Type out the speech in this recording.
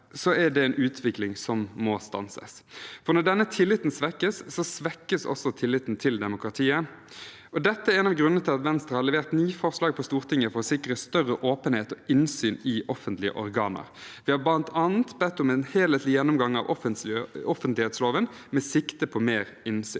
er dette en utvikling som må stanses, for når denne tilliten svekkes, svekkes også tilliten til demokratiet. Dette er en av grunnene til at Venstre har levert ni forslag på Stortinget for å sikre større åpenhet og innsyn i offentlige organer. Vi har bl.a. bedt om en helhetlig gjennomgang av offentlighetsloven, med sikte på mer innsyn.